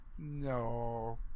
No